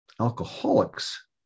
alcoholics